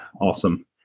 Awesome